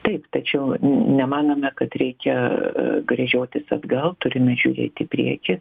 taip tačiau nemanome kad reikia gręžiotis atgal turime žiūrėti į priekį